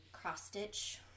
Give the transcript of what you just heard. cross-stitch